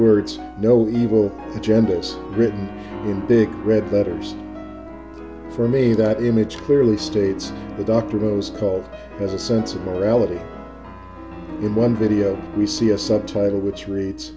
words no evil agenda it's written in big red letters for me that image clearly states the document was called as a sense of morality in one video we see a subtitle which reads